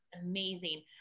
amazing